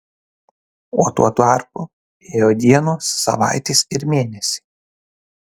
o tuo tarpu ėjo dienos savaitės ir mėnesiai